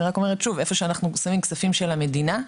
אני אומרת שוב: איפה שאנחנו שמים כספים של המדינה,